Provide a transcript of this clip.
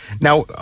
now